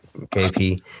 KP